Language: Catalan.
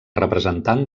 representant